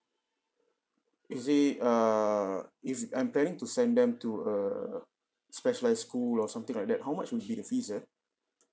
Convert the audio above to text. you see err if I'm planning to send them to a specialised school or something like that how much would be the fees ah